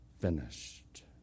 finished